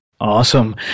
Awesome